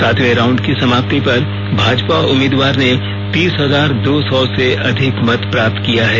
सातवें राउंड की समाप्ति पर भाजपा उम्मीदवार ने तीस हजार दो सौ से अधिक मत प्राप्त किया है